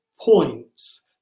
points